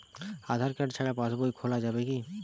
আধার card ছাড়া পাশবই খোলা যাবে কি?